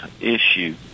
issue